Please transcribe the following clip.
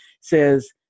says